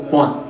one